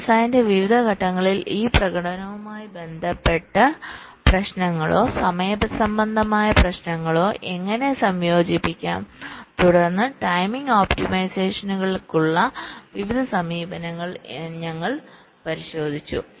അതിനാൽ ഡിസൈനിന്റെ വിവിധ ഘട്ടങ്ങളിൽ ഈ പ്രകടനവുമായി ബന്ധപ്പെട്ട പ്രശ്നങ്ങളോ സമയ സംബന്ധമായ പ്രശ്നങ്ങളോ എങ്ങനെ സംയോജിപ്പിക്കാം തുടർന്ന് ടൈമിംഗ് ഒപ്റ്റിമൈസേഷനുകൾക്കുള്ള വിവിധ സമീപനങ്ങൾ ഞങ്ങൾ പരിശോധിച്ചു